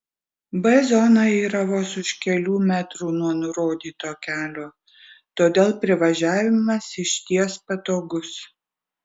b zona yra vos už kelių metrų nuo nurodyto kelio todėl privažiavimas išties patogus